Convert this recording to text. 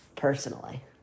personally